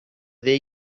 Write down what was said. their